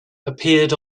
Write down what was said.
appeared